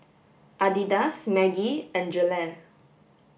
Adidas Maggi and Gelare